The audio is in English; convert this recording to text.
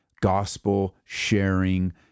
gospel-sharing